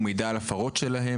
ומידע על הפרות שלהם,